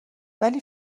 ولی